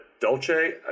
Dolce